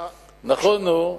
נכון הוא,